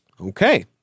Okay